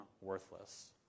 worthless